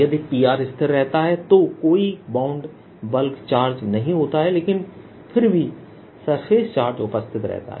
यदि P स्थिर रहता है तो कोई बाउंड बल्क चार्जBound Bulk Charge नहीं होता लेकिन फिर भी सरफेस चार्ज उपस्थित रहता है